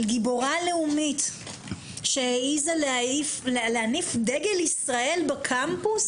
גיבורה לאומית שהעיזה להניף את דגל ישראל בקמפוס,